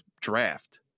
draft